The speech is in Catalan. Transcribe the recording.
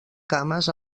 cames